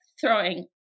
throwing